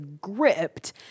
gripped